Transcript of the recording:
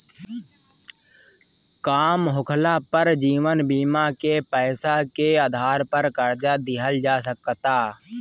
काम होखाला पर जीवन बीमा के पैसा के आधार पर कर्जा लिहल जा सकता